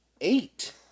eight